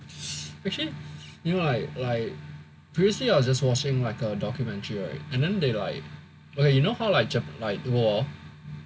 actually you know right I previously I was just watching a documentary right and then they like okay you know how like Jap~ the world war